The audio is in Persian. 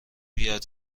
یاد